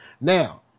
Now